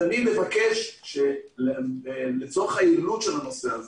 אני מבקש לצורך היעילות של הנושא,